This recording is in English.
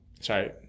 Sorry